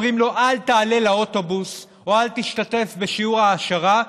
שאומרים לו: אל תעלה לאוטובוס או אל תשתתף בשיעור העשרה,